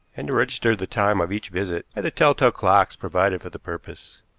and to register the time of each visit by the telltale clocks provided for the purpose.